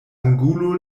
angulo